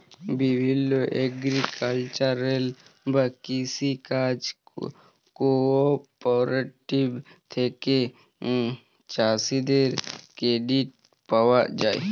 বিভিল্য এগ্রিকালচারাল বা কৃষি কাজ কোঅপারেটিভ থেক্যে চাষীদের ক্রেডিট পায়া যায়